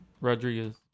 Rodriguez